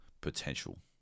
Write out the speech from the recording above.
potential